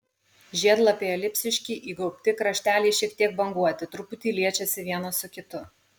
žiedlapiai elipsiški įgaubti krašteliai šiek tiek banguoti truputį liečiasi vienas su kitu